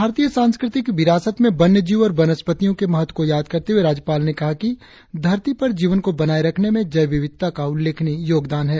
भारतीय सांस्कृतिक विरासत में वन्य जीव और वनस्पतियो के महत्व को याद करते हुए राज्यपाल ने कहा कि धरती पर जीवन को बनाये रखने में जैव विविधता का उल्लेखनीय योगदान है